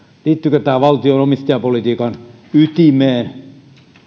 liittyykö tämä valtion omistajapolitiikan ytimeen